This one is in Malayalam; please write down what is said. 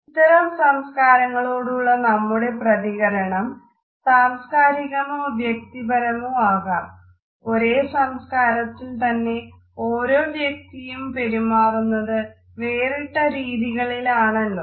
ഇത്തരം വ്യത്യാസങ്ങളോടുള്ള നമ്മുടെ പ്രതികരണം സാംസ്കാരികമോ വ്യക്തിപരമോ ആകാം ഒരേ സംസ്കാരത്തിൽത്തന്നെ ഓരോ വ്യക്തിയും പെരുമാറുന്നത് വേറിട്ട രീതികളിലാണെല്ലോ